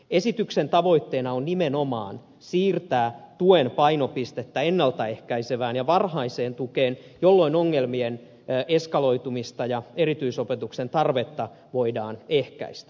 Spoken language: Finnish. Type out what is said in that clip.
esityksen tavoitteena on nimenomaan siirtää tuen painopistettä ennalta ehkäisevään ja varhaiseen tukeen jolloin ongelmien eskaloitumista ja erityisopetuksen tarvetta voidaan ehkäistä